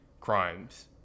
crimes